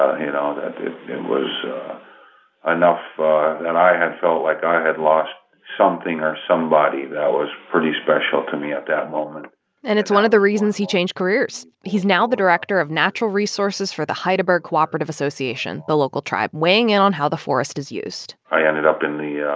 you know. it was enough but that i had felt like i had lost something or somebody that was pretty special to me at that moment and it's one of the reasons he changed careers. he's now the director of natural resources for the hydaburg cooperative association, the local tribe, weighing in on how the forest is used i ended up in the yeah